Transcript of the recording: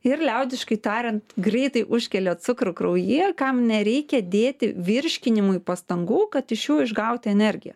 ir liaudiškai tariant greitai užkelia cukrų kraujyje kam nereikia dėti virškinimui pastangų kad iš jų išgauti energiją